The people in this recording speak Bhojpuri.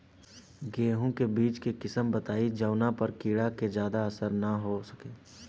गेहूं के बीज के किस्म बताई जवना पर कीड़ा के ज्यादा असर न हो सके?